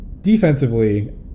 defensively